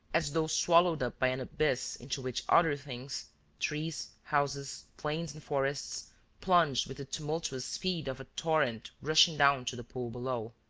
as though swallowed up by an abyss into which other things trees, houses, plains and forests plunged with the tumultuous speed of a torrent rushing down to the pool below.